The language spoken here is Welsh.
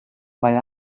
mae